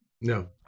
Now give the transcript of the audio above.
No